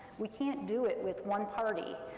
we can't do it with one party,